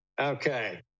okay